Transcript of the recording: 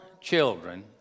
children